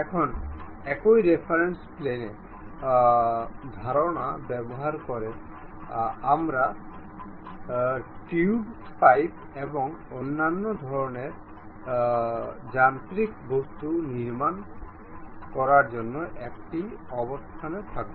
এখন একই reference plane ধারণা ব্যবহার করে আমরা টিউব পাইপ এবং অন্যান্য ধরনের যান্ত্রিক বস্তু নির্মাণ করার জন্য একটি অবস্থানে থাকবে